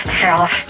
self